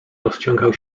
rozciągał